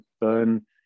burn